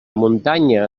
muntanya